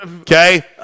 okay